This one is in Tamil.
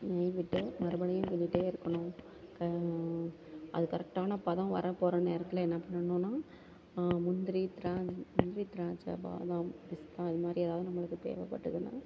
நெய் விட்டு மறுபடியும் கிண்டிகிட்டே இருக்கணும் க அது கரெக்டான பதம் வரப்போகிற நேரத்தில் என்ன பண்ணணுன்னா முந்திரி திராட் முந்திரி திராட்சை பாதாம் பிஸ்தா இதுமாதிரி எதாவது நம்மளுக்கு தேவைப்பட்டதுனா